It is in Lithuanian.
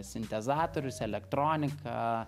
sintezatorius elektronika